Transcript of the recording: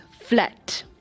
flat